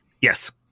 Yes